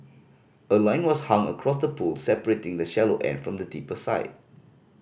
a line was hung across the pool separating the shallow end from the deeper side